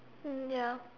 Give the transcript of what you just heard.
mm ya